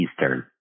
Eastern